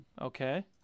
Okay